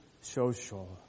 social